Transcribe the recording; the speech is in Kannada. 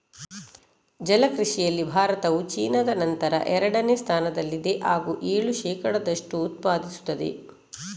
ಜಲ ಕೃಷಿಯಲ್ಲಿ ಭಾರತವು ಚೀನಾದ ನಂತರ ಎರಡನೇ ಸ್ಥಾನದಲ್ಲಿದೆ ಹಾಗೂ ಏಳು ಶೇಕಡದಷ್ಟು ಉತ್ಪಾದಿಸುತ್ತದೆ